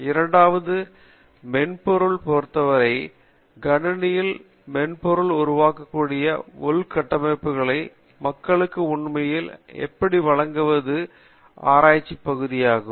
இரண்டாவது மென்பொருள் பொறுத்தவரை கணினியில் மென்பொருள் உருவாக்கக்கூடிய உள்கட்டமைப்புகளை மக்களுக்கு உண்மையில் எப்படி வழங்குவது ஆராய்ச்சி பகுதியாகும்